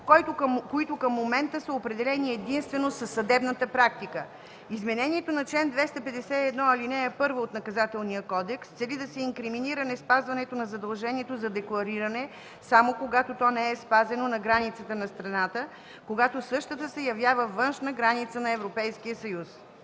които към момента са определени единствено със съдебната практика. Измененията на чл. 251, ал. 1 от Наказателния кодекс целят да се инкриминира неспазването на задължението за деклариране само когато то не е спазено на границата на страната, когато същата се явява външна граница на Европейския съюз.